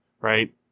right